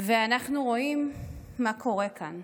ואנחנו רואים מה קורה כאן: